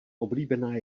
oblíbená